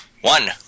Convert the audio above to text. One